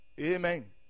Amen